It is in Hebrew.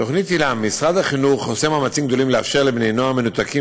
תכנית היל"ה: משרד החינוך עושה מאמצים גדולים לאפשר לבני נוער מנותקים,